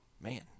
Man